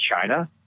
China